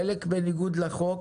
חלק בניגוד לחוק.